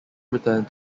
returned